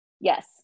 Yes